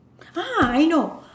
ah I know